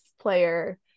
player